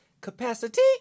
Capacity